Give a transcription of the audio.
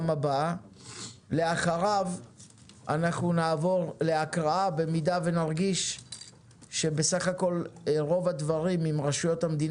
לנו ברור שכל אזרח בכל מקום צריך לקבל שירות.